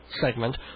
segment